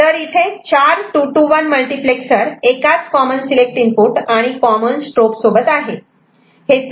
तर इथे चार 2 to 1 मल्टिप्लेक्सर एकाच कॉमन सिलेक्ट इनपुट आणि कॉमन स्ट्रोब सोबत आहे